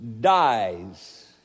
dies